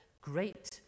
great